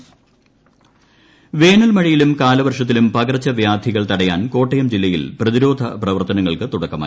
പ്രതിരോധം വേനൽമഴയിലും കാലവർഷത്തിലും പകർച്ച വ്യാധികൾ തട യാൻ കോട്ടയം ജില്ലയിൽ പ്രതിരോധ പ്രവർത്തനങ്ങൾക്ക് തുടക്കമായി